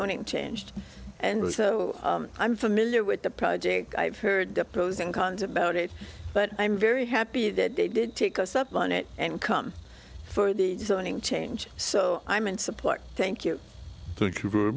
only changed and was so i'm familiar with the project i've heard the pros and cons about it but i'm very happy that they did take us up on it and come for the zoning change so i'm in support thank you thank you very